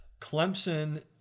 Clemson